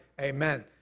Amen